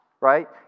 right